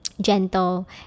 gentle